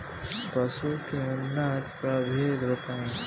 पशु के उन्नत प्रभेद बताई?